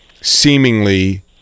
seemingly